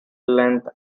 length